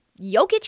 Jokic